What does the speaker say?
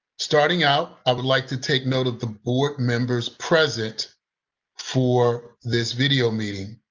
starting out, i would like to take note of the board members present for this video meeting.